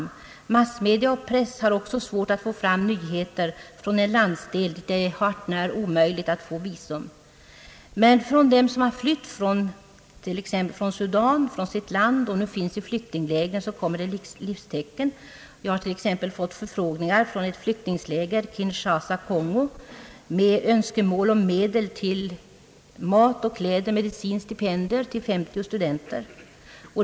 Pressen och andra massmedia har också svårt att få fram nyheter från en landsdel dit det är hart när omöjligt att få visum. Men från dem som flytt från Sudan och nu finns i flyktinglägren kommer livstecken. Jag har t.ex. fått brev från ett flyktingläger med önskemål om medel till mat, kläder, medicin och stipendier för 50 studenter.